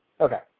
Okay